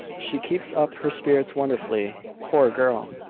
she keeps up her spirits wonderfully, poor girl!